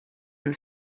and